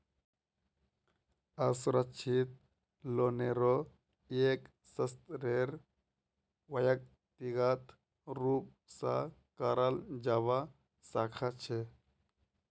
असुरक्षित लोनेरो एक स्तरेर व्यक्तिगत रूप स कराल जबा सखा छ